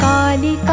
Kali